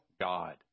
God